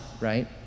right